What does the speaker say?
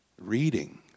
Reading